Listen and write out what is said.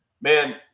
man